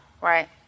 Right